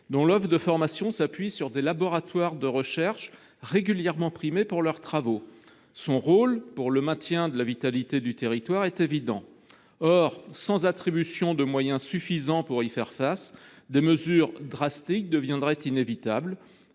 dont l’offre de formation s’appuie sur des laboratoires de recherche régulièrement primés pour leurs travaux. Son rôle pour le maintien de la vitalité du territoire est évident. Or, sans attribution de moyens significatifs pour faire face aux difficultés, des mesures drastiques deviendraient inévitables